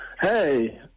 Hey